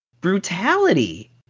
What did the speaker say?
brutality